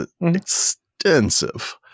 extensive